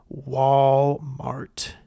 Walmart